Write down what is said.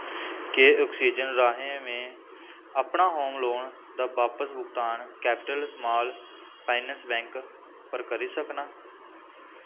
केह् ऐक्सचेंज राहें में अपना होम लोन दा बापस भुगतान कैपिटल स्माल फाइनैंस बैंक पर करी सकनां